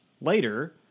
later